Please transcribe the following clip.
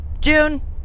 June